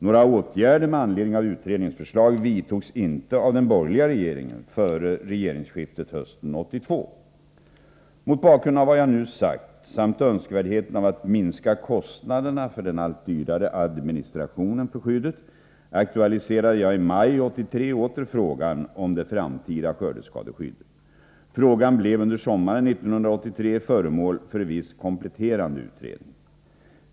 Några åtgärder med anledning av utredningens förslag vidtogs inte av den borgerliga regeringen före regeringsskiftet hösten 1982. Mot bakgrund av vad jag nu sagt samt önskvärdheten av att minska kostnaderna för den allt dyrare administrationen för skyddet aktualiserade jag i maj 1983 åter frågan om det framtida skördeskadeskyddet. Frågan blev under sommaren 1983 föremål för viss kompletterande utredning.